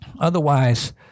Otherwise-